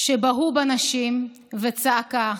שבהו בנשים וצעקה: